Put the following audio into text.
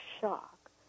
shock